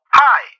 hi